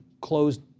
closed